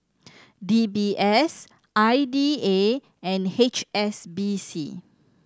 D B S I D A and H S B C